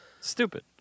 Stupid